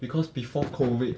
because before COVID